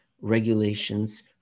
regulations